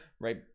right